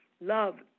love